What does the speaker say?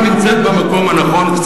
אני במקום הנכון, ומשם, השינוי.